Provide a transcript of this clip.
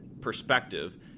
perspective